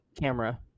camera